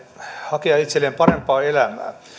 hakea itselleen parempaa elämää